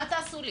מה תעשו לי?